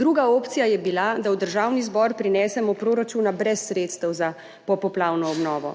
Druga opcija je bila, da v Državni zbor prinesemo proračuna brez sredstev za popoplavno obnovo.